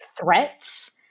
threats